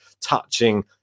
touching